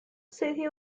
city